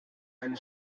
eine